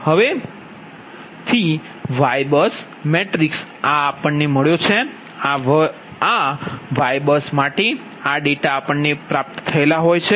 હવે થી YBUS matrix આ છે આ YBUS માટે આ ડેટા હોય છે